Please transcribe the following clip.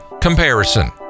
Comparison